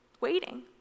waiting